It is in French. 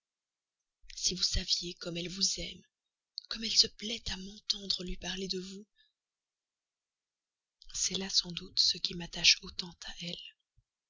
si vous saviez comme elle vous aime comme elle se plaît à m'entendre lui parler de vous c'est là sans doute ce qui m'attache autant à elle